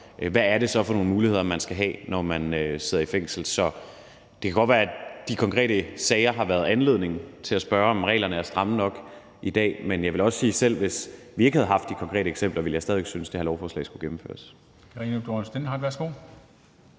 hvad er det så for nogle muligheder, man skal have, når man sidder i fængsel. Så det kan godt være, at de konkrete sager har været anledningen til at spørge, om reglerne er stramme nok i dag, men jeg vil også sige, at selv hvis vi ikke havde haft de konkrete eksempler, ville jeg stadig væk synes, at det her lovforslag skulle gennemføres.